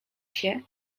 się